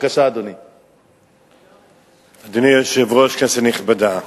אדוני היושב-ראש, כנסת נכבדה,